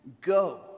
Go